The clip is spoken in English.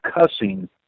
cussing